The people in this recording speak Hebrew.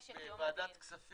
את נשק יום הדין,